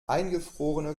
eingefrorene